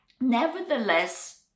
Nevertheless